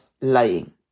lying